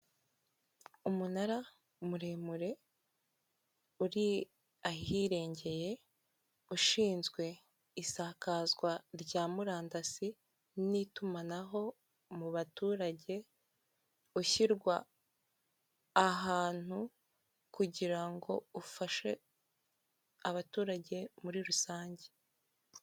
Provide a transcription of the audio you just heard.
Umunara muremure uri ahirengeye, ushinzwe isakazwa rya murandasi n'itumanaho mu baturage, ushyirwa ahantu kugira ngo ufashe abaturage muri rusange.